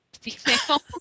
female